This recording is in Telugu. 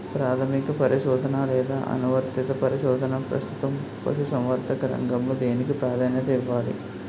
ప్రాథమిక పరిశోధన లేదా అనువర్తిత పరిశోధన? ప్రస్తుతం పశుసంవర్ధక రంగంలో దేనికి ప్రాధాన్యత ఇవ్వాలి?